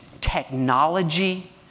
technology